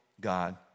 God